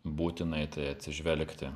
būtinai tai atsižvelgti